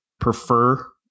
prefer